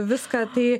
viską tai